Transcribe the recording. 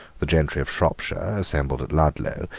the gentry of shropshire, assembled at ludlow,